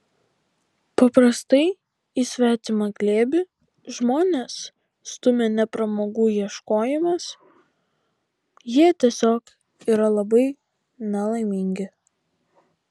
paprastai į svetimą glėbį žmones stumia ne pramogų ieškojimas jie tiesiog yra labai nelaimingi